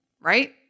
right